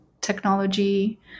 technology